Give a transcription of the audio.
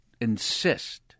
insist